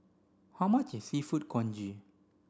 how much is seafood congee